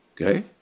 Okay